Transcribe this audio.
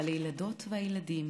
אבל הילדות והילדים